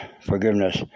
forgiveness